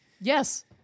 Yes